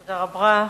תודה רבה.